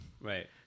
Right